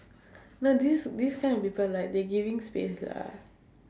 no this this kind of people like they giving space lah